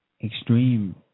extreme